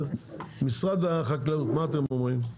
משרד החקלאות, מה אתם אומרים?